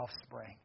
offspring